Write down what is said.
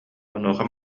онуоха